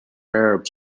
arabs